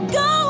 go